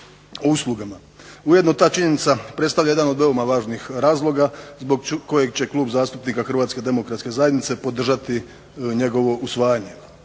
Ujedno ta činjenica predstavlja jedan od veoma važnih razloga zbog koje će Klub zastupnika Hrvatske demokratske zajednice podržati njegovo usvajanje.